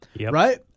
Right